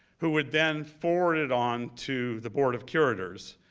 who would then forward it on to the board of curators